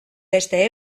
beste